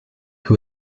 who